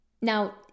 Now